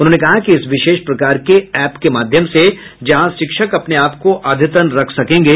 उन्होंने कहा कि इस विशेष प्रकार के एप्प के माध्यम से जहां शिक्षक अपने आपको अद्यतन रख सकेंगे